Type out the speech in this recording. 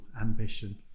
ambition